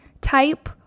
type